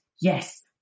yes